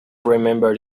remember